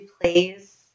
plays